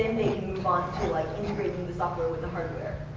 on to like integrating the software with the hardware.